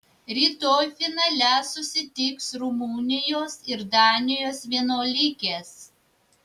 rytoj finale susitiks rumunijos ir danijos vienuolikės